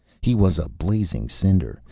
he was a blazing cinder,